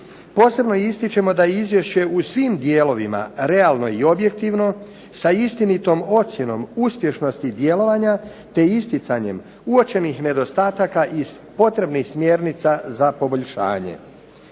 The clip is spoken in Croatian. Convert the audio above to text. Posebno ističemo da je izvješće u svim dijelovima realno i objektivno sa istinitom ocjenom uspješnosti djelovanja te isticanjem uočenih nedostataka iz potrebnih smjernica za poboljšanje.